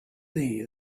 day